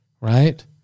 Right